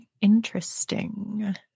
Interesting